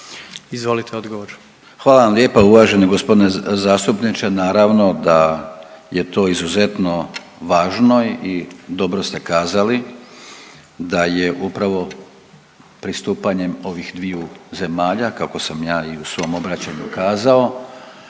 Gordan (HDZ)** Hvala vam lijepa uvaženi g. zastupniče. Naravno da je to izuzetno važno i dobro ste kazali da je upravo pristupanjem ovih dviju zemalja kako sam ja i u svom obraćanju kazao